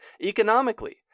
Economically